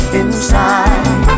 inside